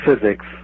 physics